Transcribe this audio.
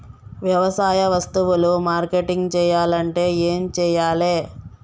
వ్యవసాయ వస్తువులు మార్కెటింగ్ చెయ్యాలంటే ఏం చెయ్యాలే?